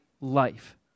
life